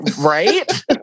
Right